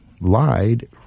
lied